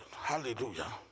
Hallelujah